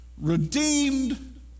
redeemed